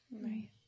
Right